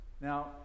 Now